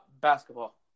basketball